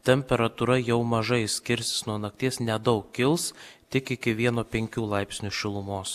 temperatūra jau mažai skirsis nuo nakties nedaug kils tik iki vieno penkių laipsnių šilumos